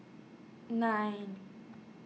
nine